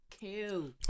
kill